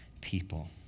people